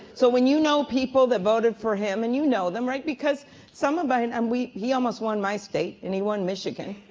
so when you know people that voted for him, and you know them, right? because some of and and them. he almost won my state and he won michigan,